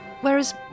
Whereas